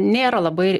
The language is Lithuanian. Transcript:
nėra labai